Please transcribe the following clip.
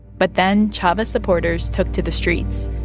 but then, chavez supporters took to the streets.